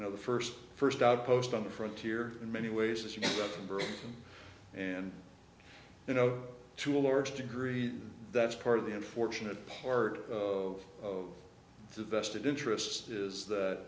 you know the first first outpost on the frontier in many ways as you know and you know to a large degree that's part of the unfortunate part of the vested interests is that